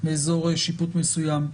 אזור שיפוט מסוים,